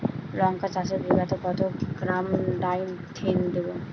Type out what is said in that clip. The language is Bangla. লঙ্কা চাষে বিঘাতে কত গ্রাম ডাইথেন দেবো?